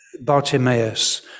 Bartimaeus